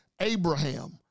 Abraham